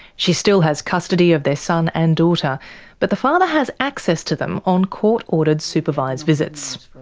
she still has custody of their son and daughter but the father has access to them on court-ordered supervised visits.